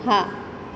હા